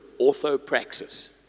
orthopraxis